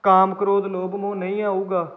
ਕਾਮ ਕ੍ਰੋਧ ਲੋਭ ਮੋਹ ਨਹੀਂ ਆਊਗਾ